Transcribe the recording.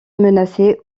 menacée